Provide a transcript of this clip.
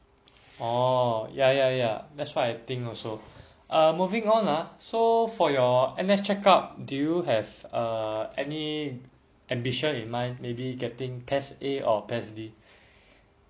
orh ya ya ya that's what I think also err moving on ah so for your N_S check up do you have uh any ambition in mind maybe getting pes A or pes B